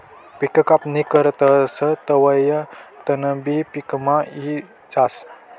पिक कापणी करतस तवंय तणबी पिकमा यी जास